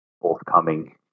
forthcoming